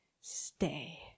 Stay